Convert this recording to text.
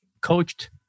coached